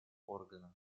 органом